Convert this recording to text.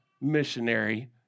missionary